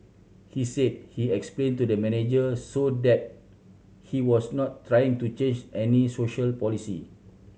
he said he explained to the manager so that he was not trying to change any social policy